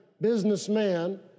businessman